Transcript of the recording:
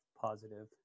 positive